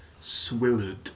Swillard